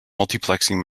multiplexing